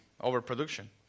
overproduction